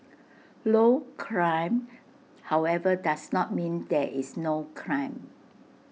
low crime however does not mean that is no crime